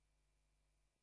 בשעה